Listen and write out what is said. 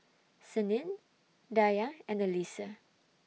Senin Dayang and Alyssa